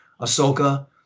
Ahsoka